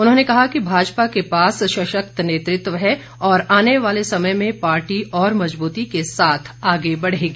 उन्होंने कहा कि भाजपा के पास सशक्त नेतृत्व है और आने वाले समय में पार्टी और मजबूती के साथ आगे बढ़ेगी